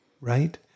right